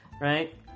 right